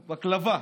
בקלווה.